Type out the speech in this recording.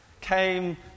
came